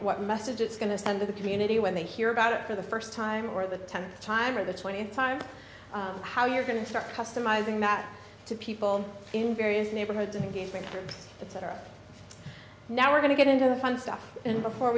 what message it's going to send to the community when they hear about it for the first time or the tenth time or the twentieth time how you're going to start customizing that to people in various neighborhoods of engagement it's that are now we're going to get into the fun stuff and before